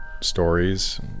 stories